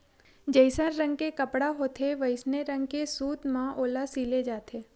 जइसन रंग के कपड़ा होथे वइसने रंग के सूत म ओला सिले जाथे